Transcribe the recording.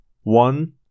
one